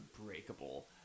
unbreakable